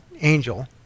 angel